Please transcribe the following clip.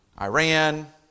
Iran